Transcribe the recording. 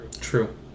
true